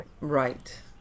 Right